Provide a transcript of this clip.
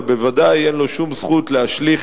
אבל בוודאי אין לו שום זכות להשליך